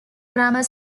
grammar